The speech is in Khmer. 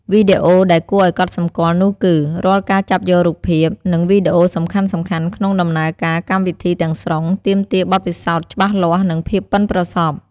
វីដេអូដែលគួរឲ្យកត់សម្គាល់នោះគឺ រាល់ការចាប់យករូបភាព និងវីដេអូសំខាន់ៗក្នុងដំណើរការកម្មវិធីទាំងស្រុង ទាមទារបទពិសោធន៍ច្បាស់លាស់ និងភាពប៉ិនប្រសប់។